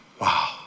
Wow